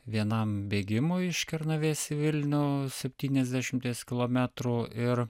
vienam bėgimui iš kernavės į vilnių septyniasdešimties kilometrų ir